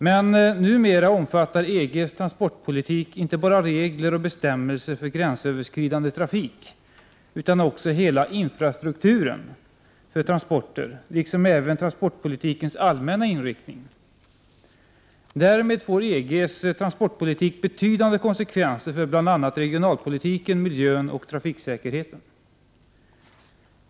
Men numera omfattar EG:s transportpolitik inte bara regler och bestämmelser för gränsöverskridande trafik, utan också utseendet av hela infrastrukturen för transporter liksom även transportpolitikens allmänna inriktning. Därmed får EG:s transportpolitik betydande konsekvenser för bl.a. regionalpolitiken, miljön och trafiksäkerheten.